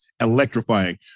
electrifying